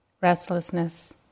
restlessness